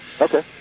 Okay